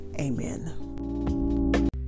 Amen